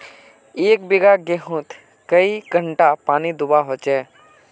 एक बिगहा गेँहूत कई घंटा पानी दुबा होचए?